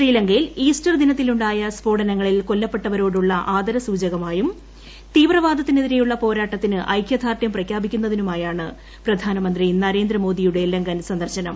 ശ്രീലങ്കയിൽ ഈസ്റ്റർ ദ്രിന്ത്തിലുണ്ടായ സ്ഫോടനങ്ങളിൽ കൊല്ലപ്പെട്ടിപ്പുരോടുള്ള ആദരസൂചകമായും തീവ്രവാദത്തിനെതിരെയ്യുള്ള പോരാട്ടത്തിന് ഐക്യദാർഢ്യം പ്രഖ്യാപിക്കുന്നതിനുമായാണ് പ്രധാനമന്ത്രി നരേന്ദ്രമോദിയുടെ ലങ്കൻ സന്ദർശനം